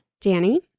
danny